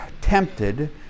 tempted